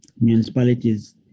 municipalities